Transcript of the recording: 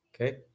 Okay